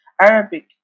Arabic